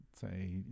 say